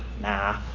nah